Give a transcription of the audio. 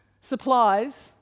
supplies